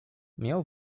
miał